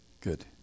Good